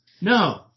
no